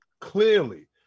clearly